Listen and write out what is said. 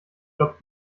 jobbt